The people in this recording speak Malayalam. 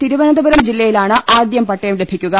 തിരുവനന്തപുരം ജില്ലയിലാണ് ആദ്യം പട്ടയം ലഭിക്കുക